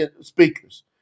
speakers